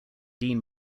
dean